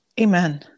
Amen